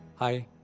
hi.